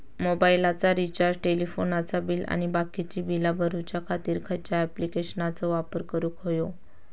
मोबाईलाचा रिचार्ज टेलिफोनाचा बिल आणि बाकीची बिला भरूच्या खातीर खयच्या ॲप्लिकेशनाचो वापर करूक होयो?